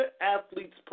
athlete's